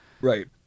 right